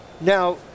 Now